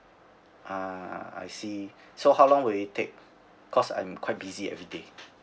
ah I see so how long will it take cause I'm quite busy everyday